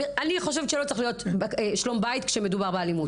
אני חושבת שלא צריך להיות שלום בית כשמדובר באלימות.